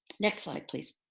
next slide, please.